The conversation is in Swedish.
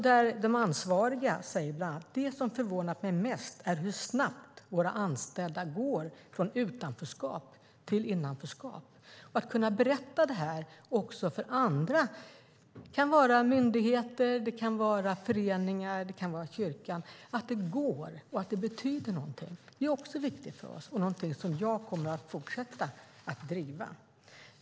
De ansvariga säger bland annat att det som förvånat dem mest är hur snabbt de anställda går från utanförskap till innanförskap. Att kunna berätta detta också för andra - myndigheter, föreningar, kyrkan - att det går och betyder något är också viktigt för dem. Det är något som de kommer att fortsätta att driva.